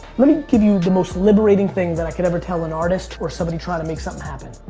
let me give you the most librating thing that i can ever tell an artist or somebody trying to make something happen.